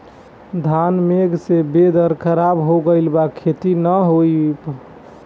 घन मेघ से वेदर ख़राब हो गइल बा खेती न हो पाई